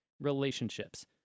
relationships